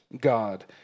God